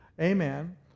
amen